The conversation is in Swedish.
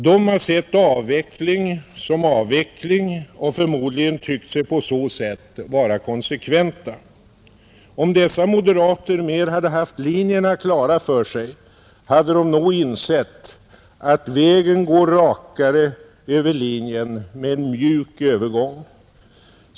De har sett avveckling som avveckling och förmodligen tyckt sig på så sätt vara konsekventa. Om dessa moderater hade haft linjerna mer klara för sig, hade de nog insett att vägen går rakare om man väljer en mjuk avveckling.